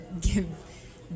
give